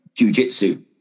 jujitsu